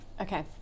Okay